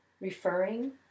referring